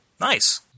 Nice